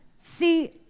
See